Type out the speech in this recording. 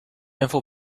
info